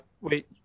wait